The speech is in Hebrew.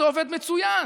זה עובד מצוין.